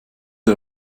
der